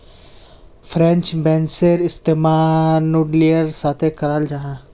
French बेंसेर इस्तेमाल नूडलेर साथे कराल जाहा